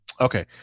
okay